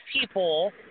people